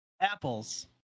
Apples